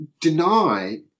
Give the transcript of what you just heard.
deny